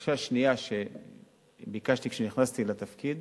הבקשה השנייה שביקשתי כשנכנסתי לתפקיד